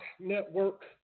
Network